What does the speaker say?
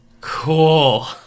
Cool